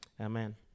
Amen